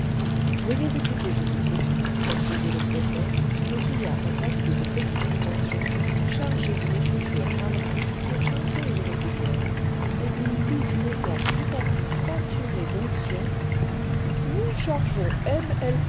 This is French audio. veuillez écouter je vous prie poursuivit le préfet qui déplia un papier de petite dimension chargé d'une écriture hardie et un peu irrégulière et il lut d'une voix tout à coup saturée d'onction nous chargeons